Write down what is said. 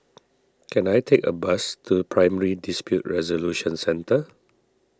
can I take a bus to Primary Dispute Resolution Centre